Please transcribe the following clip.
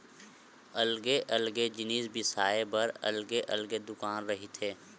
अलगे अलगे जिनिस बिसाए बर अलगे अलगे दुकान रहिथे